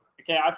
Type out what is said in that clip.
Okay